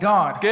God